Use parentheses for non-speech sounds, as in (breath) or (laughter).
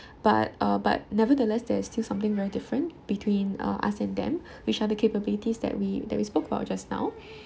but uh but nevertheless there is still something very different between uh us and them which are the capabilities that we that we spoke about just now (breath)